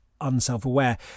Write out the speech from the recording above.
Unself-aware